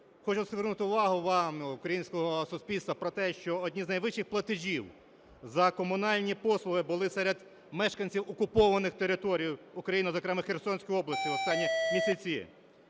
Хочу звернути увагу вас, українського суспільства про те, що одні з найвищих платежів за комунальні послуги були серед мешканців окупованих територій України, зокрема Херсонської області в останні місяці.